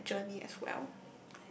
at journey as well